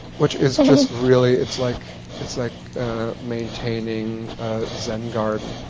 which is just really. it's like it's like maintaining zen garden.